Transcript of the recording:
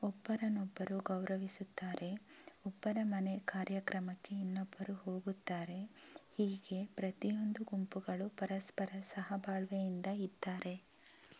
ಒಬ್ಬರನ್ನೊಬ್ಬರು ಗೌರವಿಸುತ್ತಾರೆ ಒಬ್ಬರ ಮನೆ ಕಾರ್ಯಕ್ರಮಕ್ಕೆ ಇನ್ನೊಬ್ಬರು ಹೋಗುತ್ತಾರೆ ಹೀಗೆ ಪ್ರತಿಯೊಂದು ಗುಂಪುಗಳು ಪರಸ್ಪರ ಸಹಬಾಳ್ವೆಯಿಂದ ಇದ್ದಾರೆ